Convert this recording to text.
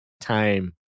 time